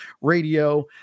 radio